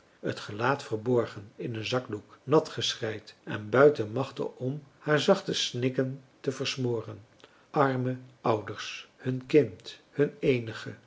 het gelaat verborgen in een zakdoek natgeschreid en buiten machte om haar zachte snikken te versmoren arme ouders hun kind hun eenige